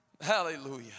Hallelujah